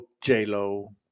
J-Lo